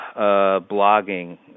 blogging